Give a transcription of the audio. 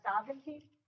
sovereignty